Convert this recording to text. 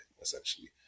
essentially